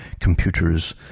computers